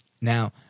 Now